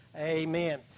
Amen